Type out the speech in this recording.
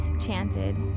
chanted